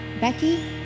becky